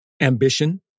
ambition